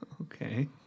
Okay